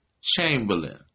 Chamberlain